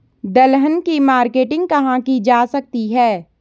दलहन की मार्केटिंग कहाँ की जा सकती है?